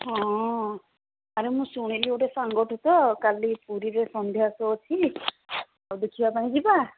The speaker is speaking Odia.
ହଁ ଆରେ ମୁଁ ଶୁଣିଲି ଗୋଟେ ସାଙ୍ଗଠୁ ତ କାଲି ପୁରୀରେ ସନ୍ଧ୍ୟା ଶୋ ଅଛି ଆଉ ଦେଖିବା ପାଇଁ ଯିବା